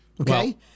Okay